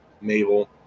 Mabel